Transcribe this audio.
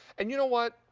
and you know what,